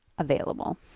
available